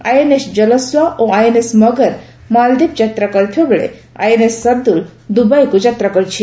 INS Jalashwa ଓ INS Magar ମାଳଦ୍ୱୀପ ଯାତ୍ରା କରିଥିବା ବେଳେ ଆଇଏନ୍ଏସ୍ ସର୍ଦ୍ଦୁଲ ଦୁବାଇକୁ ଯାତ୍ରା କରିଛି